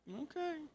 Okay